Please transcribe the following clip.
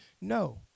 No